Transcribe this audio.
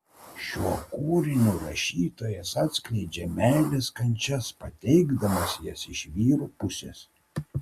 šiuo kūriniu rašytojas atskleidžia meilės kančias pateikdamas jas iš vyrų pusės